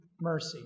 mercy